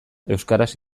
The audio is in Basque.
euskaraz